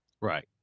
Right